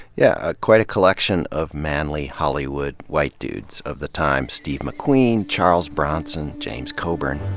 yeah, quite a collection of manly hollywood white dudes of the time. steve mcqueen, charles bronson, james coburn.